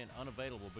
unavailable